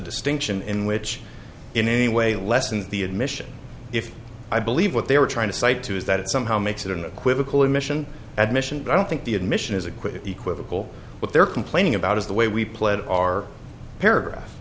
distinction in which in any way lessen the admission if i believe what they were trying to cite to is that it somehow makes it an equivocal admission admission but i don't think the admission is a quick equivocal what they're complaining about is the way we played our paragraph